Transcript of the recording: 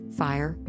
fire